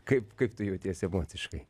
kaip kaip tu jautiesi emociškai